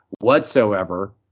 whatsoever